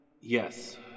yes